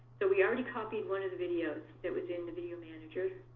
so we already copied one of the videos that was in the video manager,